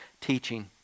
teaching